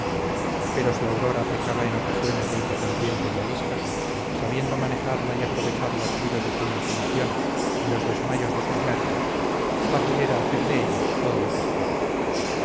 pero si aurora pecaba en ocasiones de independiente y arisca sabiendo manejarla y aprovechar los giros de su imaginación y los desmayos de sus nervios fácil era hacer de ella todo lo que se quería